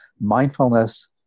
mindfulness